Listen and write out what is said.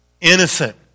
innocent